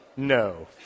No